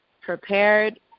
prepared